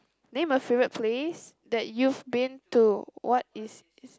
name a favourite place that you've been to what is